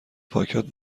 پاکت